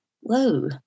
Whoa